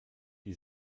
die